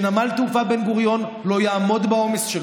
שנמל התעופה בן-גוריון לא יעמוד בעומס שלו.